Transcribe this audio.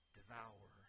devour